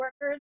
workers